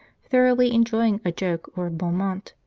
thoroughly enjoying a joke or a bon mot.